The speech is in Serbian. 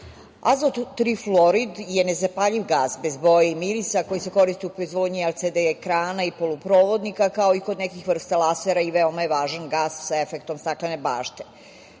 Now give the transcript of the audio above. trifluorid je nezapaljiv gas, bez boje i mirisa koji se koristi u proizvodnji LCD ekrana i poluprovodnika, kao i kod nekih vrsta lasera i veoma je važan gas sa efektom staklene